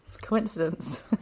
coincidence